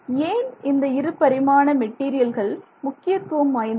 ஏன் இந்த இருபரிமாண மெட்டீரியல்கள் முக்கியத்துவம் வாய்ந்தவை